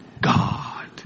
God